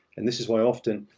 and this is why often,